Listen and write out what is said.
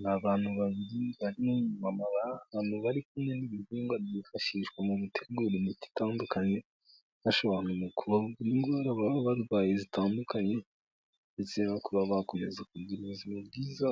Ni abantu abantu bari kumwe n'ibihingwa byifashishwa mu mitegurire imiti itandukanye hara barwaye zitandukanye, ndetse baka bakomeza kugira ubuzima bwiza